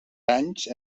anys